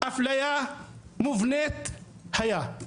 אפליה מובנית היה,